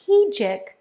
strategic